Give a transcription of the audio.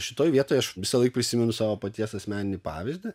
šitoj vietoj aš visąlaik prisimenu savo paties asmeninį pavyzdį